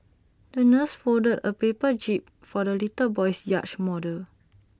the nurse folded A paper jib for the little boy's yacht model